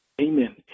Amen